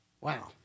Wow